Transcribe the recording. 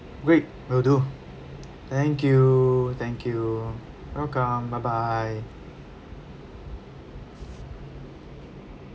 great will do thank you thank you welcome bye bye